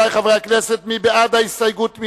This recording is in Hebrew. מי בעד ההסתייגות?